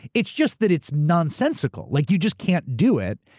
it's just that it's nonsensical. like you just can't do it,